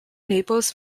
naples